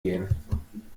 gehen